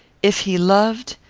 if he loved,